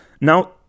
now